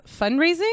fundraising